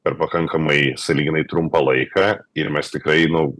per pakankamai sąlyginai trumpą laiką ir mes tikrai nu